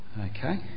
Okay